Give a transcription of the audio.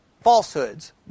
falsehoods